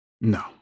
No